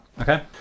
Okay